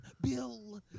bill